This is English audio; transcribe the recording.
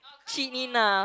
cik Nina